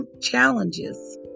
challenges